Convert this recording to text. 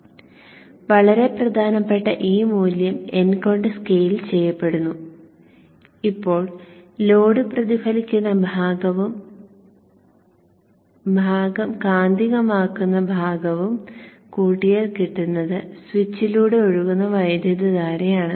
അതിനാൽ വളരെ പ്രധാനപ്പെട്ട ഈ മൂല്യം n കൊണ്ട് സ്കെയിൽ ചെയ്യപ്പെടുന്നു ഇപ്പോൾ ലോഡ് പ്രതിഫലിക്കുന്ന ഭാഗവും ഭാഗം കാന്തികമാക്കുന്ന ഭാഗവും കൂട്ടിയാൽ കിട്ടുന്നത് സ്വിച്ചിലൂടെ ഒഴുകുന്ന വൈദ്യുതധാരയാണ്